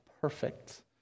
perfect